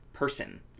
Person